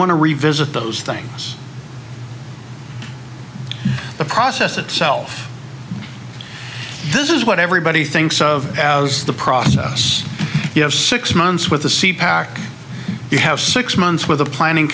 want to revisit those things the process itself this is what everybody thinks of as the process you have six months with you have six months with a planning